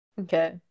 Okay